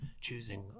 choosing